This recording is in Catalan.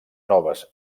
noves